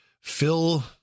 fill